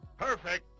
Perfect